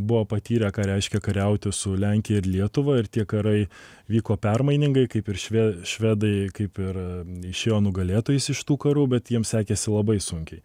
buvo patyrę ką reiškia kariauti su lenkija ir lietuva ir tie karai vyko permainingai kaip ir švedai švedai kaip ir išėjo nugalėtojais iš tų karų bet jiems sekėsi labai sunkiai